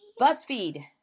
BuzzFeed